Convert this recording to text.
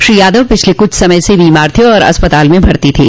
श्री यादव पिछले कुछ समय से बीमार थे और अस्पताल में भर्ता थे